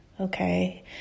okay